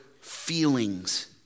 feelings